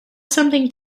something